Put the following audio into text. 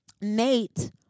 Nate